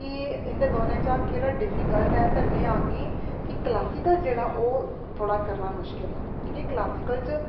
कि इं'दे दौनें चा केह्ड़ा डिफीकल्ट ऐ ते में आखगी क्लासिकल जेह्ड़ा ओह् थोह्ड़ा करना मुश्कल ऐ कि क्लासिकल च